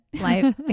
Life